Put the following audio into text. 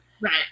Right